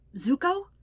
Zuko